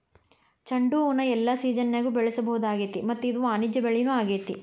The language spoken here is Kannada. ಚಂಡುಹೂನ ಎಲ್ಲಾ ಸಿಜನ್ಯಾಗು ಬೆಳಿಸಬಹುದಾಗೇತಿ ಮತ್ತ ಇದು ವಾಣಿಜ್ಯ ಬೆಳಿನೂ ಆಗೇತಿ